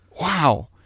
wow